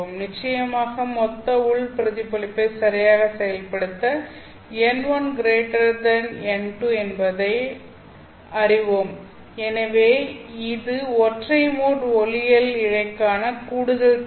நிச்சயமாக மொத்த உள் பிரதிபலிப்பை சரியாக செயல்படுத்த n1n2 என்பதை அறிவோம் எனவே இது ஒற்றை மோட் ஒளியியல் இழைக்கான கூடுதல் தேவை